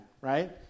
right